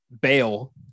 bail